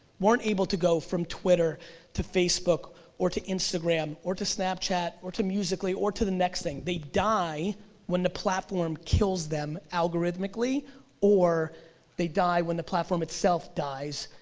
weren't able to go from twitter to facebook or to instagram or to snapchat or to musicly or to the next thing. they die when the platform kills them algorithmically or they die when the platform itself dies.